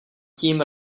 tím